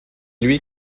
lui